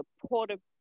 Supportive